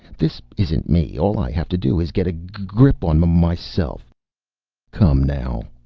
this isn't me. all i have to do is get a g-grip on m-myself. come, now.